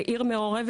זו עיר מעורבת.